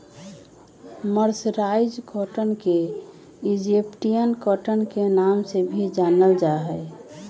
mercerised cotton के Egyptian cotton के नाम से भी जानल जा हई